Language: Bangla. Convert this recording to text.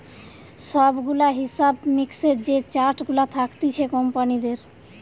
সব গুলা হিসাব মিক্সের যে চার্ট গুলা থাকতিছে কোম্পানিদের